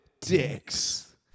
Dicks